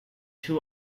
two